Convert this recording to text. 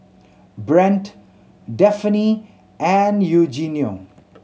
Brant Daphne and Eugenio